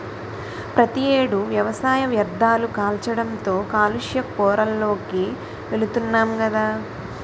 ప్రతి ఏడు వ్యవసాయ వ్యర్ధాలు కాల్చడంతో కాలుష్య కోరల్లోకి వెలుతున్నాం గదా